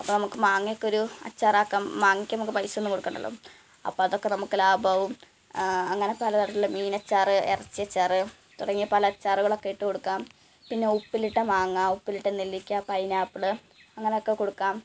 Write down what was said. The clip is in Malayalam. അപ്പം നമുക്ക് മാങ്ങയൊക്കെ ഒരു അച്ചാറാക്കാം മാങ്ങയ്ക്ക് നമുക്ക് പൈസയൊന്നും കൊടുക്കേണ്ടല്ലോ അപ്പം അതൊക്കെ നമുക്ക് ലാഭം ആവും അങ്ങനെ പല തരത്തിലുള്ള മീൻ അച്ചാർ ഇറച്ചിയച്ചാർ തുടങ്ങിയ പല അച്ചാറുകളൊക്കെ ഇട്ട് കൊടുക്കാം പിന്നെ ഉപ്പിലിട്ട മാങ്ങ ഉപ്പിലിട്ട നെല്ലിക്ക പൈനാപ്പിൾ അങ്ങനെ ഒക്കെ കൊടുക്കാം